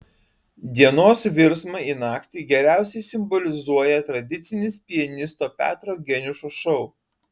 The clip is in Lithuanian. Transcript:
dienos virsmą į naktį geriausiai simbolizuoja tradicinis pianisto petro geniušo šou